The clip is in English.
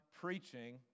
preaching